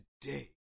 Today